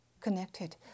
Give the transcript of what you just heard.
Connected